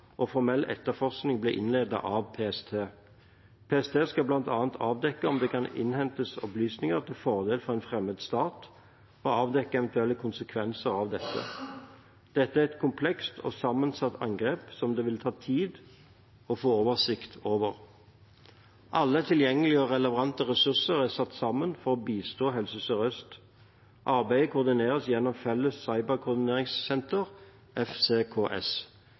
og formell etterforskning ble innledet av PST. PST skal bl.a. avdekke om det kan innhentes opplysninger til fordel for en fremmed stat, og avdekke eventuelle konsekvenser av dette. Dette er et komplekst og sammensatt angrep, som det vil ta tid å få oversikt over. Alle tilgjengelige og relevante ressurser er satt sammen for å bistå Helse Sør-Øst. Arbeidet koordineres gjennom Felles Cyberkoordineringssenter, FCKS,